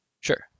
Sure